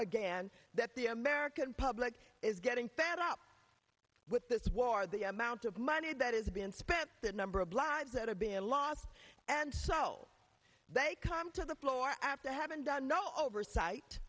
again that the american public is getting fed up with this war the amount of money that is being spent the number of lives that are being lost and so they come to the floor after haven't done no oversight